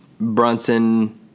Brunson